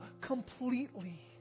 completely